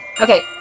Okay